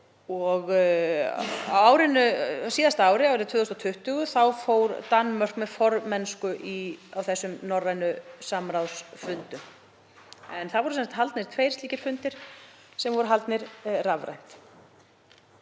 Á síðasta ári, árið 2020, fór Danmörk með formennsku á þessum norrænu samráðsfundum. En það voru sem sagt haldnir tveir svona fundir og þeir voru haldnir rafrænt.